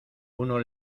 uno